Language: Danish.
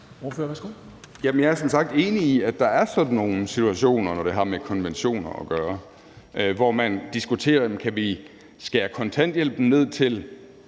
jeg er som sagt enig i, at der er sådan nogle situationer, når det har med konventioner at gøre, hvor man diskuterer, om vi kan skære kontanthjælpen ned til